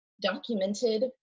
documented